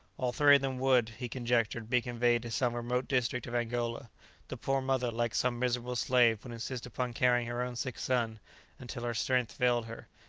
all three of them would, he conjectured, be conveyed to some remote district of angola the poor mother, like some miserable slave, would insist upon carrying her own sick son until her strength failed her,